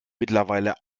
mittlerweile